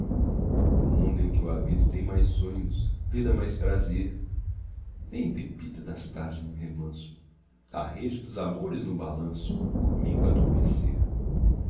o mundo em que eu habito tem mais sonhos a vida mais prazer vem pepita das tardes no remanso da rede dos amores no balanço comigo adormecer